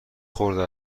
خورده